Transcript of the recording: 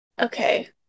Okay